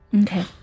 Okay